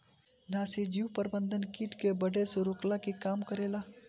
नाशीजीव प्रबंधन किट के बढ़े से रोकला के काम करेला